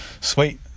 Sweet